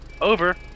Over